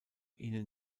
ihnen